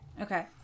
Okay